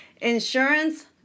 insurance